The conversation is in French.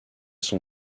son